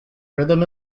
rhythm